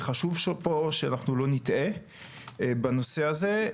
וחשוב שלא נטעה בנושא הזה,